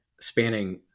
spanning